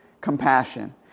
compassion